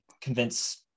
convince